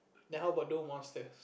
then how about those monsters